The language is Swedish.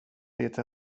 det